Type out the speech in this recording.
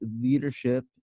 leadership